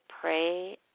pray